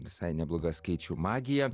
visai nebloga skaičių magija